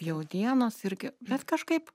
jau dienos irgi bet kažkaip